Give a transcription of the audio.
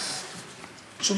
חיליק, למה יש לו חמש דקות.